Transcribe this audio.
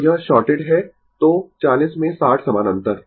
तो यह शॉर्टेड है तो 40 में 60 समानांतर